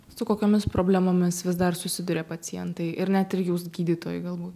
su kokiomis problemomis vis dar susiduria pacientai ir net ir jūs gydytojai galbūt